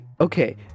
okay